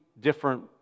different